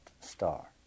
star